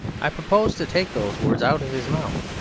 i propose to take those words out of his mouth.